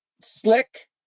slick